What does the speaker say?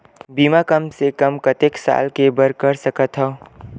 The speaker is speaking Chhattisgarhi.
बीमा कम से कम कतेक साल के बर कर सकत हव?